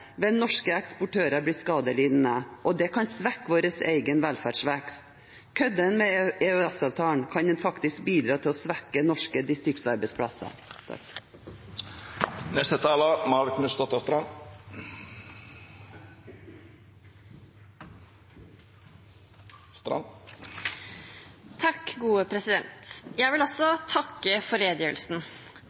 vil norske eksportører bli skadelidende, og det kan svekke vår egen velferdsvekst. Kødder en med EØS-avtalen, kan en faktisk bidra til å svekke norske distriktsarbeidsplasser. Jeg vil også takke for